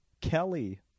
Kelly